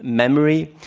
memory.